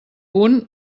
punt